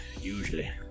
usually